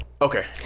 Okay